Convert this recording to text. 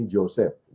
Joseph